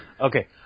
Okay